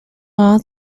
law